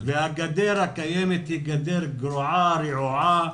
הגדר הקיימת היא גדר גרועה, רעועה.